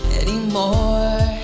anymore